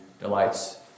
delights